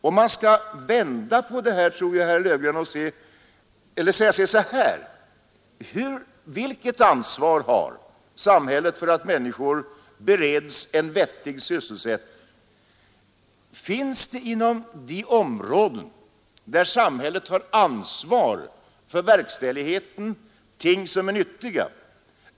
Man kan också vända på det och säga: Vilket ansvar har samhället för att människor bereds en vettig sysselsättning? Finns det nyttiga ting att göra inom de områden där samhället har ansvar för verkställigheten?